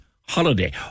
holiday